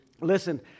Listen